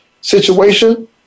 situation